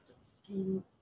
scheme